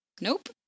Nope